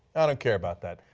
i don't care about that,